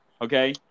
okay